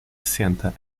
senta